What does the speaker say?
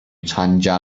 参加